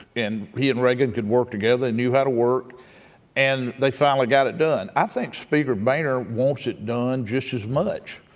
and he and reagan could work together, they knew how to work and they finally got it done. i think speaker boehner wants it done just as much,